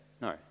No